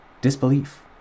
disbelief